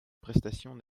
prestations